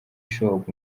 shop